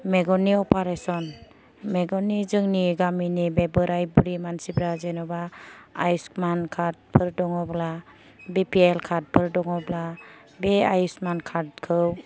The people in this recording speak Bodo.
मेगननि अफारेसन मेगननि जोंनि गामिनि बे बोराय बुरि मानसिफ्रा जेन'बा आयुसमान कार्दफोर दङब्ला बिफिएल कार्दफोर दङब्ला बे आयुसमान कार्दखौ